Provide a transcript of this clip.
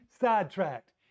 sidetracked